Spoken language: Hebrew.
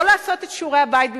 לא לעשות את שיעורי-הבית במקומם,